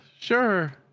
sure